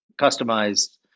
customized